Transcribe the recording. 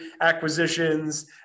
acquisitions